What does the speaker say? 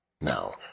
Now